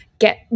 get